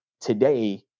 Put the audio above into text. today